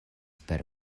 per